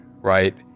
right